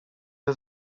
się